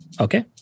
okay